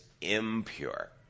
impure